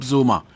Zuma